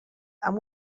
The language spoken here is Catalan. amb